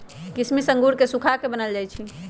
किशमिश अंगूर के सुखा कऽ बनाएल जाइ छइ